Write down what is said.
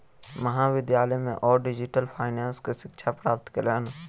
महाविद्यालय में ओ डिजिटल फाइनेंस के शिक्षा प्राप्त कयलैन